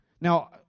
Now